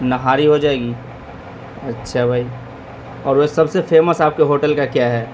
نہاری ہو جائے گی اچھا بھائی اور ویسے سب سے فیمس آپ کے ہوٹل کا کیا ہے